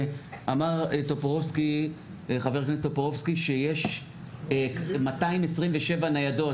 אמר חבר הכנסת טופורובסקי שיש 227 ניידות,